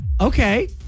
Okay